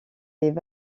les